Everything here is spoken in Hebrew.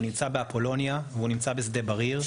הוא נמצא באפולוניה והוא נמצא בשדה בריר,